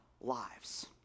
lives